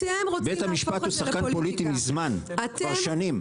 בית המשפט הוא שחקן פוליטי מזמן, כבר שנים.